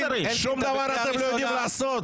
שום דבר אתם לא יודעים לעשות.